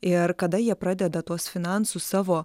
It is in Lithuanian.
ir kada jie pradeda tuos finansus savo